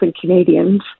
Canadians